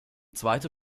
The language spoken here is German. zweite